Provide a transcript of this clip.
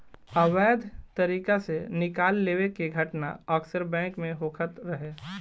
अवैध तरीका से निकाल लेवे के घटना अक्सर बैंक में होखत रहे